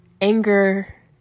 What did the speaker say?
Anger